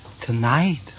Tonight